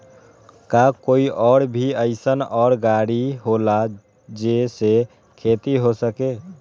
का कोई और भी अइसन और गाड़ी होला जे से खेती हो सके?